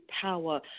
power